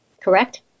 correct